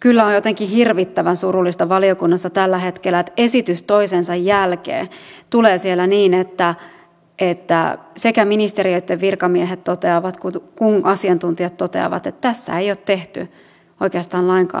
kyllä on jotenkin hirvittävän surullista valiokunnassa tällä hetkellä että esitys toisensa jälkeen tulee siellä niin että sekä ministeriöitten virkamiehet kuin asiantuntijatkin toteavat että tässä ei ole tehty oikeastaan lainkaan vaikutusten arviointeja